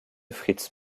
fritz